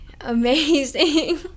amazing